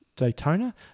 Daytona